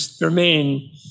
remain